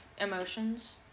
emotions